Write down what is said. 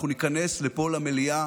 אנחנו ניכנס לפה, למליאה,